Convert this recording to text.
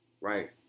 Right